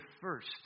first